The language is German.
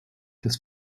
des